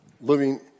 living